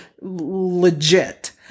Legit